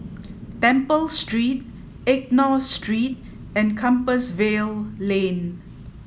Temple Street Enggor Street and Compassvale Lane